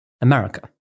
America